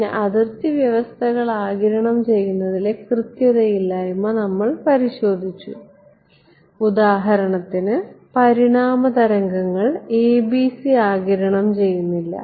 പിന്നെ അതിർത്തി വ്യവസ്ഥകൾ ആഗിരണം ചെയ്യുന്നതിലെ കൃത്യതയില്ലായ്മ നമ്മൾ പരിശോധിച്ചു ഉദാഹരണത്തിന് പരിണാമ തരംഗങ്ങൾ ABC ആഗിരണം ചെയ്യുന്നില്ല